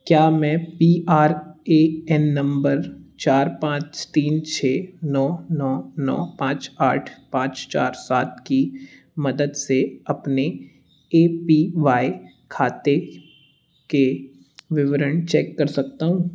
क्या मैं P R A N number चार पाँच तीन छः नौ नौ नौ पाँच आठ पाँच चार सात की मदद से अपने ए पी वाई खाते के विवरण चेक कर सकता हूँ